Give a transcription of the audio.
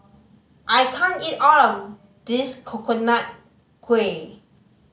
I can't eat all of this Coconut Kuih